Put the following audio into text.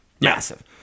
Massive